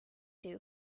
two